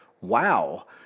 wow